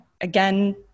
again